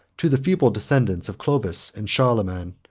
to the feeble descendants of clovis and charlemagne,